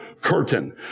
curtain